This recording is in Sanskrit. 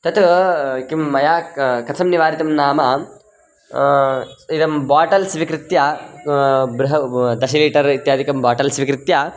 तत् किं मया कथं निवारितं नाम इदं बाटल् स्वीकृत्य बृह दश लीटर् इत्यादिकं बाटल् स्वीकृत्य